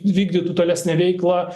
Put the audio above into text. vykdytų tolesnę veiklą